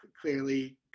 clearly